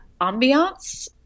ambiance